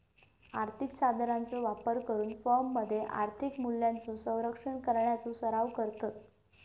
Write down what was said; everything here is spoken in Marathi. आर्थिक साधनांचो वापर करून फर्ममध्ये आर्थिक मूल्यांचो संरक्षण करण्याचो सराव करतत